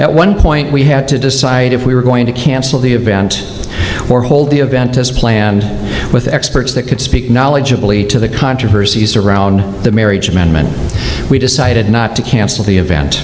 at one point we had to decide if we were going to cancel the event or hold the event as planned with experts that could speak knowledgeably to the controversies around the marriage amendment we decided not to cancel the event